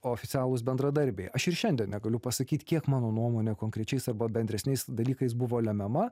oficialūs bendradarbiai aš ir šiandien negaliu pasakyt kiek mano nuomone konkrečiais arba bendresniais dalykais buvo lemiama